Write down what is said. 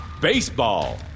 Baseball